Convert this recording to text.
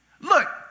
Look